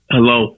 Hello